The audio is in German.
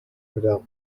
wieder